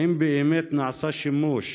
האם באמת נעשה שימוש